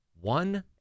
one